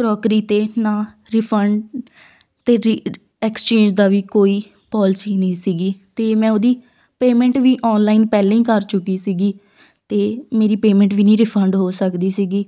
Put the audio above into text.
crockery 'ਤੇ ਨਾ refund ਅਤੇ ਰਿ ਐਕਸਚੇਂਜ ਦਾ ਵੀ ਕੋਈ ਪੋਲਸੀ ਨਹੀਂ ਸੀਗੀ ਅਤੇ ਮੈਂ ਉਹਦੀ ਪੇਮੈਂਟ ਵੀ ਔਨਲਾਈਨ ਪਹਿਲਾਂ ਹੀ ਕਰ ਚੁੱਕੀ ਸੀਗੀ ਅਤੇ ਮੇਰੀ ਪੇਮੈਂਟ ਵੀ ਨਹੀਂ ਰਿਫੰਡ ਹੋ ਸਕਦੀ ਸੀਗੀ